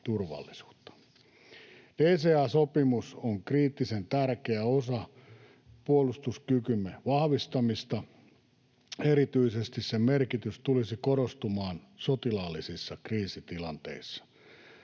turvallisuutta. DCA-sopimus on kriittisen tärkeä osa puolustuskykymme vahvistamista. Erityisesti sen merkitys tulisi korostumaan sotilaallisissa kriisitilanteissa.